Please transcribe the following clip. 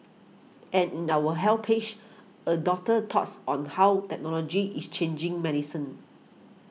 and in our Health page a doctor's thoughts on how technology is changing medicine